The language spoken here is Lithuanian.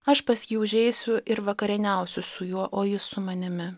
aš pas jį užeisiu ir vakarieniausiu su juo o jis su manimi